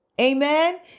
Amen